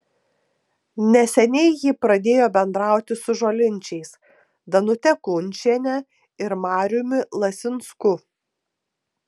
neseniai ji pradėjo bendrauti su žolinčiais danute kunčiene ir mariumi lasinsku